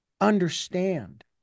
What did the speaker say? understand